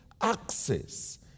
access